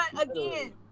again